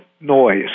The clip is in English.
noise